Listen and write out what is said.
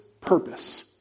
purpose